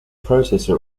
processor